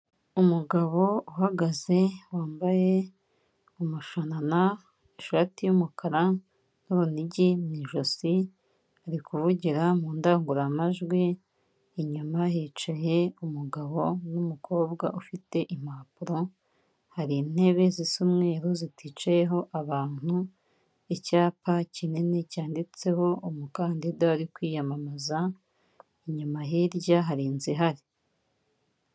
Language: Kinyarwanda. Umugabo uhagaze wambaye umushanana, ishati y'umukara n'urunigi mu ijosi, ari kuvugira mu ndangururamajwi. Inyuma hicaye umugabo n'umukobwa ufite impapuro, hari intebe zisa umweru ziticayeho abantu, icyapa kinini cyanditseho umukandida uri kwiyamamaza, inyuma hirya hari inzu ihari.